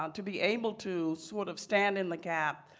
ah to be able to sort of stand in the gap.